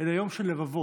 אלא יום של לבבות,